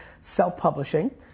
self-publishing